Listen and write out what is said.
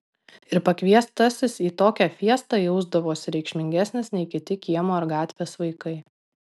ir pakviestasis į tokią fiestą jausdavosi reikšmingesnis nei kiti kiemo ar gatvės vaikai